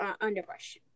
underbrush